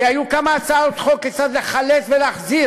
כי היו כמה הצעות חוק כיצד לחלק ולהחזיר